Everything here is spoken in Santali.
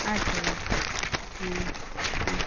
ᱟᱪᱪᱷᱟ ᱜᱚᱝᱠᱮ ᱦᱩᱸ ᱦᱩᱸ